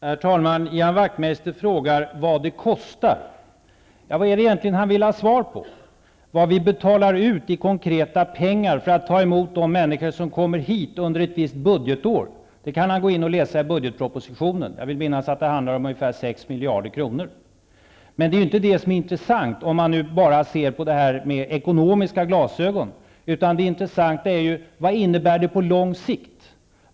Herr talman! Ian Wachtmeister frågade vad det kostar. Vad vill han egentligen ha svar på? Är det hur mycket vi betalar ut i konkreta pengar för att ta emot de människor som kommer hit under ett visst budgetår? Det kan han läsa i budgetpropositionen. Jag vill minnas att det handlar ungefär om 6 miljarder kronor. Men det är ju inte det intressanta, om man nu bara ser på det här med ekonomiska glasögon, utan det intressanta är ju vad det innebär på lång sikt.